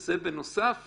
זאת עוד